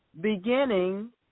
beginning